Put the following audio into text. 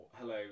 Hello